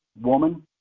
woman